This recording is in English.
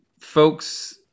folks